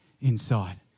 inside